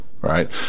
Right